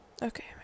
Okay